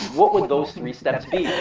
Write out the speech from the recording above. what would those three steps be?